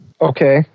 Okay